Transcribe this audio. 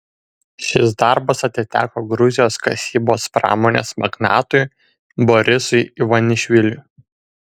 šis darbas atiteko gruzijos kasybos pramonės magnatui borisui ivanišviliui